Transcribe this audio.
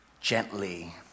gently